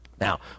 Now